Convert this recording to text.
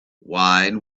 wine